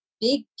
big